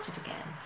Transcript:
again